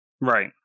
Right